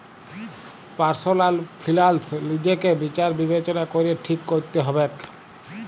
personal ফিলালস লিজেকে বিচার বিবেচলা ক্যরে ঠিক ক্যরতে হবেক